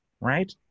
Right